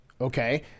Okay